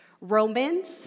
Romans